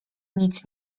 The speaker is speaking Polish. nic